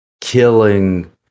killing